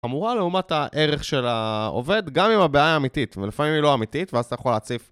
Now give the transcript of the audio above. אמורה לעומת הערך של העובד, גם אם הבעיה היא אמיתית, ולפעמים היא לא אמיתית, ואז אתה יכול להציף.